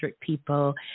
people